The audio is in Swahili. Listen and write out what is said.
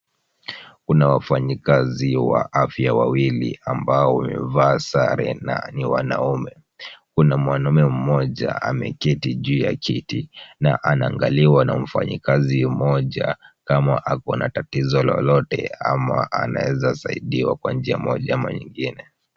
Kuna wafanyikazi wa afya wawili ambao wamevaa sare na ni wanaume. Kuna mwanamume mmoja ameketi juu ya kiti na anaangaliwa na mfanyikazi mmoja kama ako na tatizo lolote ama anaezasaidiwa kwa njia moja ama nyingine.